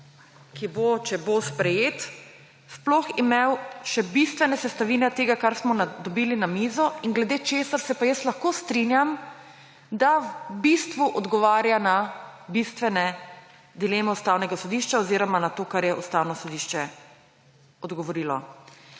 ki bo, če bo sprejet, sploh imel še bistvene sestavine tega, kar smo dobili na mizo in glede česar se pa jaz lahko strinjam, da v bistvu odgovarja na bistvene dileme Ustavnega sodišča oziroma na to, kar je Ustavno sodišče odgovorilo.